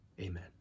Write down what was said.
amen